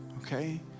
okay